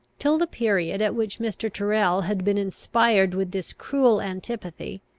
till the period at which mr. tyrrel had been inspired with this cruel antipathy,